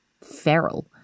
feral